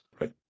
Right